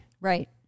Right